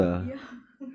ya